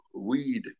weed